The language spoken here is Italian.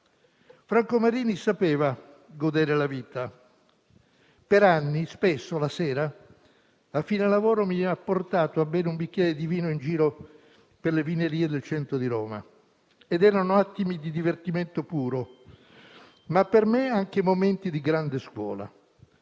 Franco Marini sapeva godere la vita. Per anni, spesso, la sera, a fine lavoro, mi ha portato a bere un bicchiere di vino in giro per le vineria del centro di Roma ed erano attimi di divertimento puro, ma per me anche momenti di grande scuola.